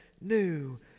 new